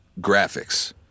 graphics